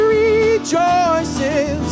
rejoices